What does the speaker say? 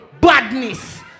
Badness